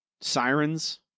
Sirens